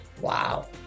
wow